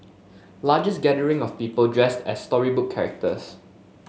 largest gathering of people dressed as storybook characters